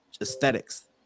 aesthetics